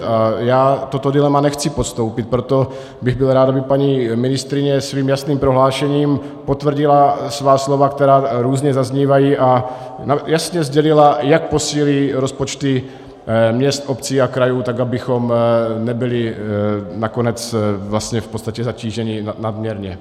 A já toto dilema nechci podstoupit, proto bych byl rád, aby paní ministryně svým jasným prohlášením potvrdila svá slova, která různě zaznívají, a jasně sdělila, jak posílí rozpočty měst, obcí a krajů tak, abychom nebyli nakonec vlastně v podstatě zatíženi nadměrně.